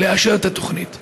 לאשר את התוכנית?